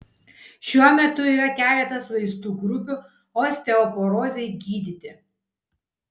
šiuo metu yra keletas vaistų grupių osteoporozei gydyti